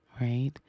right